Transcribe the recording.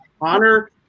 honor